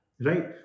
Right